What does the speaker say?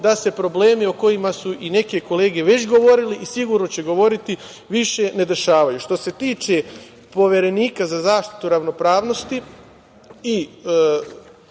da se problemi o kojima su i neke kolege već govorile i sigurno će govoriti više ne dešavaju. Što se tiče Poverenika za zaštitu ravnopravnosti